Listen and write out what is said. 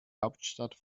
hauptstadt